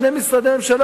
שני משרדי ממשלה,